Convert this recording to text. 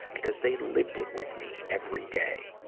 because they lived it with me every day.